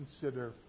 consider